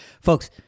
Folks